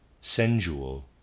sensual